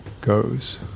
goes